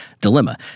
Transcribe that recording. dilemma